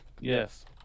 yes